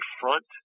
front